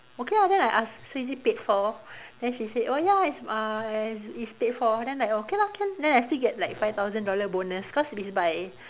okay ah then I ask so is it paid for then she say oh ya it's uh it's it's paid for then like okay lor can then I still get like five thousand dollar bonus cause it's by